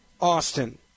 Austin